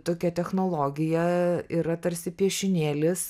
tokia technologija yra tarsi piešinėlis